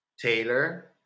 Taylor